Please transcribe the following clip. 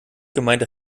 gemeinte